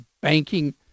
banking